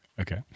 Okay